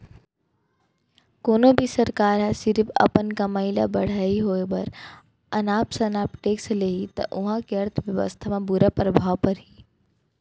कोनो भी सरकार ह सिरिफ अपन कमई ल बड़हाए बर अनाप सनाप टेक्स लेहि त उहां के अर्थबेवस्था म बुरा परभाव परही